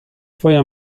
twoja